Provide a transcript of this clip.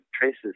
traces